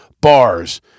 bars